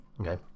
Okay